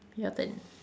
your turn